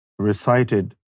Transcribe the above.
recited